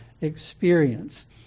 experience